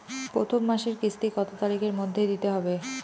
প্রথম মাসের কিস্তি কত তারিখের মধ্যেই দিতে হবে?